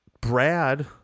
Brad